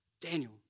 Daniel